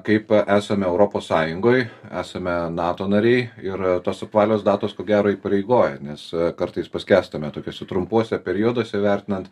kaip esame europos sąjungoj esame nato nariai ir tos apvalios datos ko gero įpareigoja nes kartais paskęstame tokiuose trumpuose perioduose vertinant